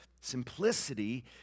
Simplicity